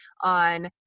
on